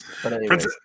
Princess